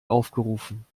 aufgerufen